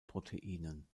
proteinen